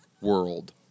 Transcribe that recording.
world